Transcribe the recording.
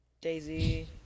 Daisy